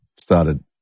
started